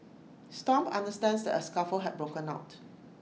stomp understands A scuffle had broken out